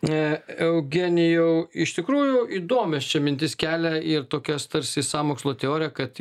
na eugenijau iš tikrųjų įdomias čia mintis kelia ir tokias tarsi sąmokslo teoriją kad